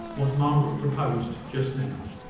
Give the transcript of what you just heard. what margaret proposed just now.